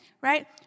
right